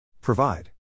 Provide